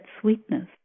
sweetness